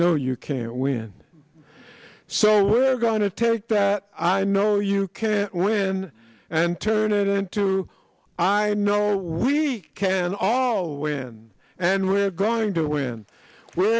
know you can't win so we're going to take that i know you can win and turn it into i know we can all win and we're going to win we're